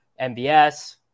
MBS